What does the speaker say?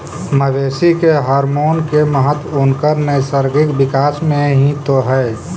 मवेशी के हॉरमोन के महत्त्व उनकर नैसर्गिक विकास में हीं तो हई